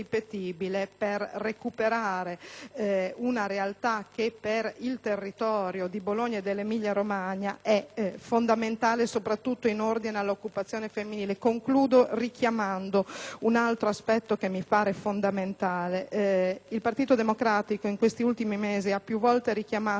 per recuperare una realtà che per il territorio di Bologna e dell'Emilia-Romagna è fondamentale, soprattutto in ordine all'occupazione femminile. Concludo richiamando un altro aspetto che mi pare fondamentale. Il Partito Democratico in questi ultimi mesi ha più volte indicato la necessità